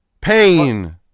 pain